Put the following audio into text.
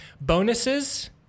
Bonuses